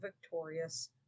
victorious